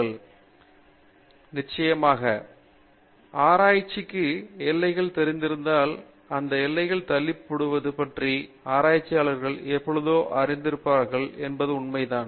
பேராசிரியர் பிரதாப் ஹரிதாஸ் நிச்சயமாக ஆராய்ச்சிக்கு எல்லைகள் தெரிந்திருந்தால் அந்த எல்லைகளைத் தள்ளிப்போடுவது பற்றி ஆராய்ச்சியாளர்கள் எப்பொழுதும் அறிந்திருக்கிறார்கள் என்பது உண்மைதான்